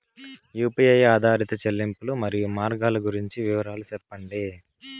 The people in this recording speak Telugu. యు.పి.ఐ ఆధారిత చెల్లింపులు, మరియు మార్గాలు గురించి వివరాలు సెప్పండి?